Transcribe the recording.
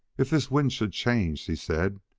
if this wind should change, she said,